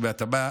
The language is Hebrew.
ובהתאמה,